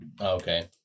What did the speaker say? Okay